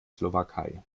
slowakei